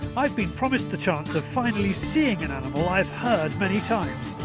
i've been promised the chance of finally seeing an animal i've heard many times,